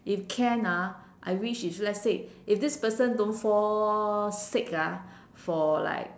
if can ah I wish if let's say if this person don't fall sick ah for like